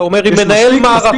אתה אומר עם מנהל מערכה,